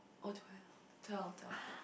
oh to hell twelve twelve